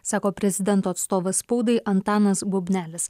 sako prezidento atstovas spaudai antanas bubnelis